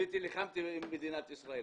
נלחמתי עם מדינת ישראל,